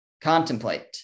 contemplate